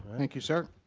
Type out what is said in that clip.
thank you, sir.